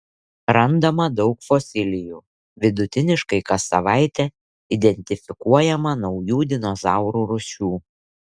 randama daug fosilijų vidutiniškai kas savaitę identifikuojama naujų dinozaurų rūšių